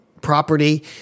property